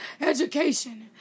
education